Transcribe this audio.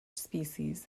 species